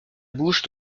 bouche